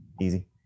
easy